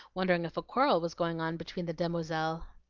wondering if a quarrel was going on between the demoiselles.